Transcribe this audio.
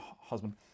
husband